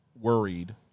worried